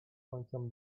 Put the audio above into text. słońcem